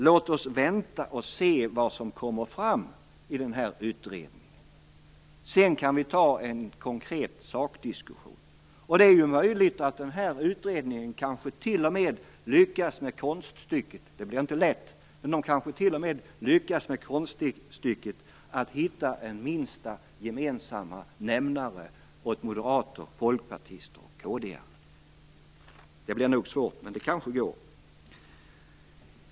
Låt oss vänta och se vad som kommer fram i den här utredningen! Sedan kan vi föra en konkret sakdiskussion. Det är möjligt att utredningen t.o.m. lyckas med konststycket att hitta en minsta gemensamma nämnare för moderater, folkpartister och kd:are. Det blir nog svårt, men det kanske går.